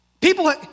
People